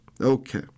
Okay